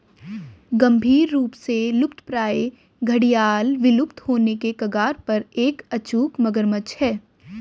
गंभीर रूप से लुप्तप्राय घड़ियाल विलुप्त होने के कगार पर एक अचूक मगरमच्छ है